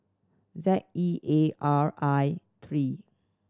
Z E A R I three